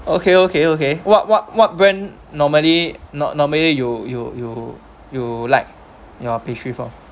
okay okay okay what what what brand when normally norm normally you you you you like your pastry from